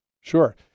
sure